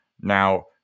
Now